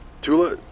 Tula